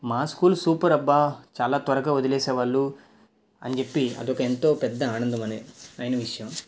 మా school super అబ్బా చాలా త్వరగా వదిలేసేవాళ్ళు అని చెప్పి అదొక ఎంతో పెద్ద ఆనందమనే అయిన విషయం